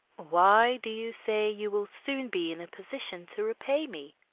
why do you say you will soon be in a position to repay me?